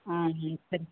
ம் ம் சரி